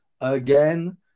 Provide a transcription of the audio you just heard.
Again